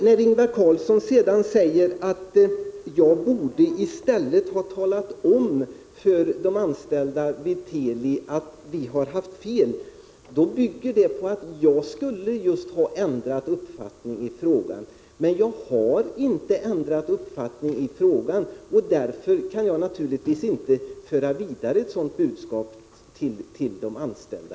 När Ingvar Karlsson säger att jag borde ha talat om för de anställda vid Teli att vi socialdemokrater haft fel, då bygger detta just på att jag skulle ha ändrat uppfattning. Men jag har inte gjort det, och därför kan jag naturligtvis inte föra vidare ett sådant budskap till de anställda.